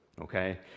okay